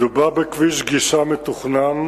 מדובר בכביש גישה מתוכנן